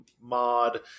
mod